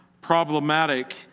problematic